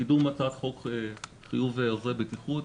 קידום הצעת חוק חיוב עוזרי בטיחות.